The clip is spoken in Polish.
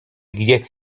gdzie